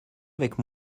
avec